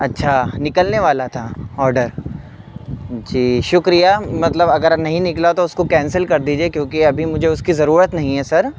اچھا نکلنے والا تھا آڈر جی شکریہ مطلب اگر نہیں نکلا تو اس کو کینسل کر دیجیے کیونکہ ابھی مجھے اس کی ضرورت نہیں ہے سر